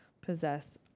possess